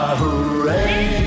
hooray